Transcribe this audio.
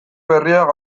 berriak